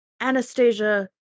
Anastasia